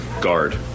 guard